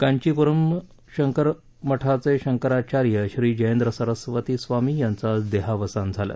कांचिप्रम् शंकर मठाचे शंकराचार्य श्री जयेंद्र सरस्वती स्वामी यांचं आज देहावसान झालं